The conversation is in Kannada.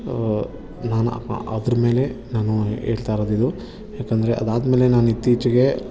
ನಾನು ಅದ್ರ್ಮೇಲೆ ನಾನು ಹೇಳ್ತಾಯಿರೋದಿದು ಯಾಕಂದರೆ ಅದಾದ ಮೇಲೆ ನಾನು ಇತ್ತೀಚೆಗೆ